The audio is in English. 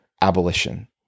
abolition